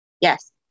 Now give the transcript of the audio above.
Yes